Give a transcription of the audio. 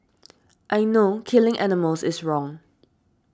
I know killing animals is wrong